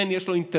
כן, יש לו אינטרס.